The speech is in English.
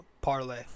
parlay